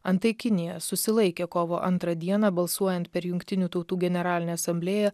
antai kinija susilaikė kovo antrą dieną balsuojant per jungtinių tautų generalinę asamblėją